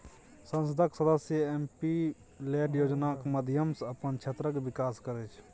संसदक सदस्य M P LAD योजनाक माध्यमसँ अपन क्षेत्रक बिकास करय छै